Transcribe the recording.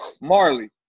Marley